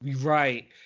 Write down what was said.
Right